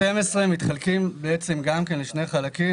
ה-112,000 מתחלקים לשני חלקים.